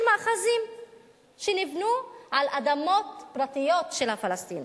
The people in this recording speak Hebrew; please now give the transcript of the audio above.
מאחזים שנבנו על אדמות פרטיות של הפלסטינים.